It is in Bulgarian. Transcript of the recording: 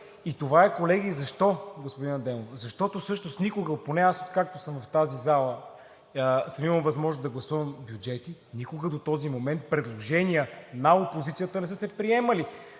съвет. Защо, господин Адемов? Защото всъщност никога, поне откакто съм в тази зала и съм имал възможност да гласувам бюджети, до този момент предложения на опозицията не са се приемали.